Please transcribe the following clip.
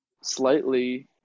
slightly